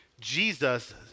jesus